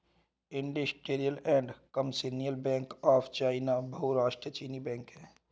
industrial and commercial bank of China बहुराष्ट्रीय चीनी बैंक है